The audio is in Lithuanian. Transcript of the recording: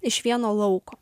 iš vieno lauko